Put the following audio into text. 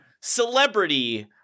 celebrity